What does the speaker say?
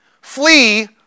Flee